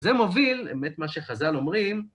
זה מוביל, באמת, מה שחז"ל אומרים..